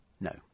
no